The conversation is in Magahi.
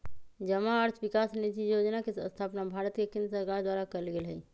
जमा अर्थ विकास निधि जोजना के स्थापना भारत के केंद्र सरकार द्वारा कएल गेल हइ